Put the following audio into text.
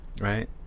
right